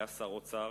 היה שר האוצר